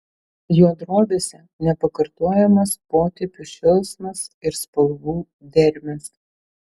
jo drobėse nepakartojamas potėpių šėlsmas ir spalvų dermės